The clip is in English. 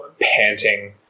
panting